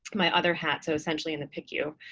my other hat so essentially, in the picu.